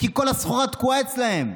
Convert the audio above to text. כי כל הסחורה תקועה אצלם,